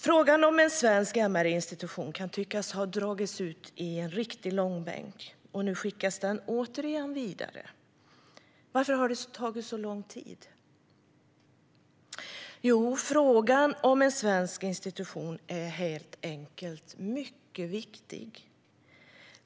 Frågan om en svensk MR-institution kan tyckas ha dragits i långbänk, och nu skickas den återigen vidare. Varför har det tagit så lång tid? Frågan om en svensk institution är helt enkelt mycket viktig.